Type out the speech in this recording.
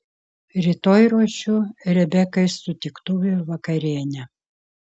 rytoj ruošiu rebekai sutiktuvių vakarienę